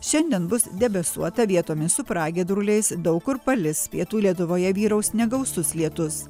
šiandien bus debesuota vietomis su pragiedruliais daug kur palis pietų lietuvoje vyraus negausus lietus